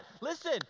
Listen